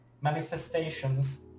manifestations